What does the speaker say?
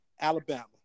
Alabama